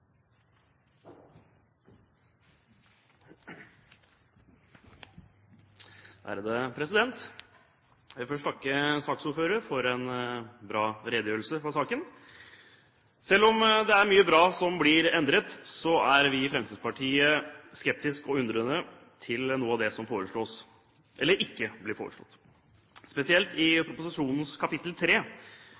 Jeg vil først takke saksordfører for en bra redegjørelse for saken. Selv om det er mye bra som blir endret, så er vi i Fremskrittspartiet skeptisk og undrende til noe av det som foreslås, eller ikke blir foreslått. Spesielt gjelder dette proposisjonens kapittel